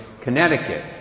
Connecticut